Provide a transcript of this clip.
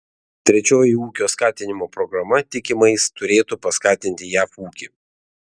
trečioji ūkio skatinimo programa tikimais turėtų paskatinti jav ūkį